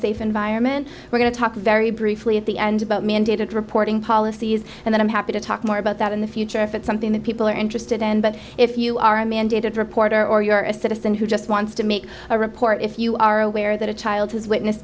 safe environment we're going to talk very briefly at the end about mandated reporting policies and i'm happy to talk more about that in the future if it's something that people are interested in but if you are a mandated reporter or you are a citizen who just wants to make a report if you are aware that a child has witness